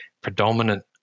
predominant